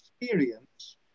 experience